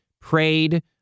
prayed